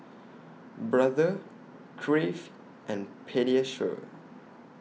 Brother Crave and Pediasure